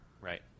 Right